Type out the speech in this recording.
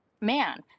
man